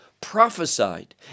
prophesied